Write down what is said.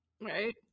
right